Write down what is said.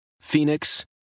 Phoenix